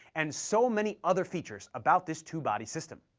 and so many other features about this two-body system.